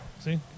See